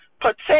protect